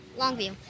Longview